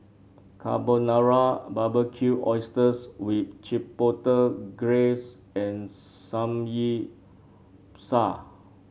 Carbonara Barbecued Oysters with Chipotle Glaze and Samgyeopsal